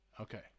Okay